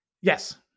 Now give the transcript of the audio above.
Yes